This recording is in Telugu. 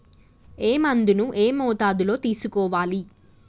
ఏ మందును ఏ మోతాదులో తీసుకోవాలి?